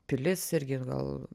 pilis irgi gal